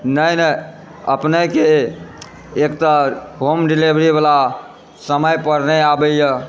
नहि नहि अपनेके एक तऽ होम डिलीवरी वाला समय पर नहि आबैए